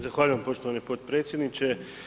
Zahvaljujem poštovani potpredsjedniče.